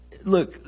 Look